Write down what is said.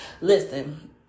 Listen